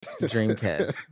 Dreamcast